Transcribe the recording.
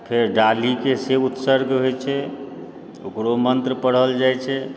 फेर डालीके से उत्सर्ग होइत छै ओकरो मन्त्र पढ़ल जाइत छै